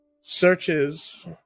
searches